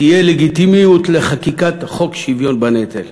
תהיה לגיטימית חקיקת חוק שוויון בנטל.